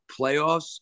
playoffs